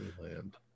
land